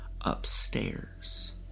upstairs